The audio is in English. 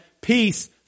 peace